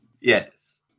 Yes